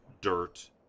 dirt